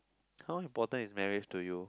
how important is marriage to you